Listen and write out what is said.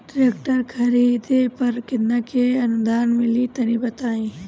Tractor खरीदे पर कितना के अनुदान मिली तनि बताई?